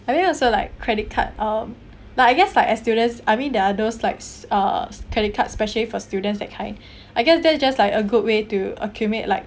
I mean also like credit card um like I guess like as students I mean there are those likes uh credit card especially for students that kind I guess that is just like a good way to accumulate like